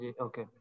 Okay